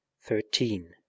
thirteen